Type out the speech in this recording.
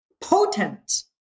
Potent